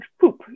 poop